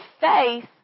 faith